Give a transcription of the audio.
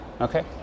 Okay